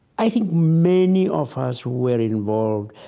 i think many of us were involved.